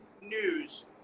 news